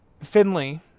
Finley